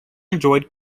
enjoyed